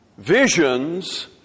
Visions